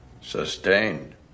Sustained